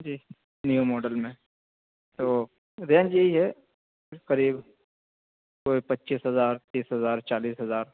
جی new model میں تو range یہی ہے قریب پچیس ہزار تیس ہزار چالیس ہزار